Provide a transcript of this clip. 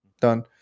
done